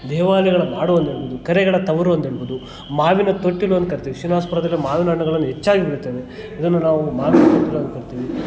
ದೇವಾಲಯಗಳ ನಾಡು ಅನ್ಬೋದು ಕೆರೆಗಳ ತವರು ಅಂತ ಹೇಳ್ಬೋದು ಮಾವಿನ ತೊಟ್ಟಿಲು ಅಂತ ಕರಿತೀವಿ ಶ್ರೀನಿವಾಸಪುರದಲ್ಲಿ ಮಾವಿನ ಹಣ್ಣುಗಳನ್ನು ಹೆಚ್ಚಾಗಿ ಬೆಳಿತೀವಿ ಇದನ್ನು ನಾವು ಮಾವಿನ ತೊಟ್ಟಿಲು ಅಂತ ಕರಿತೀವಿ